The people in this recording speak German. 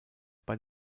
bei